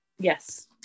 yes